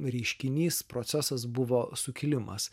reiškinys procesas buvo sukilimas